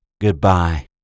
Goodbye